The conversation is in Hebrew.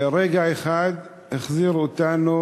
רגע אחד, החזיר אותנו